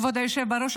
כבוד היושב בראש,